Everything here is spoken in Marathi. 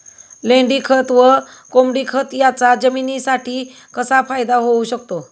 लेंडीखत व कोंबडीखत याचा जमिनीसाठी कसा फायदा होऊ शकतो?